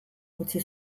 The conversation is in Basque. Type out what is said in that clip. utzi